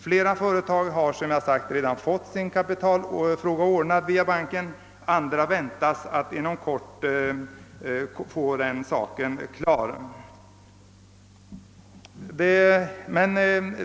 Flera företag har redan fått sin kapitalfråga ordnad genom banken, andra väntas inom kort få det.